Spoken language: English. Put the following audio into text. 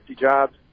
jobs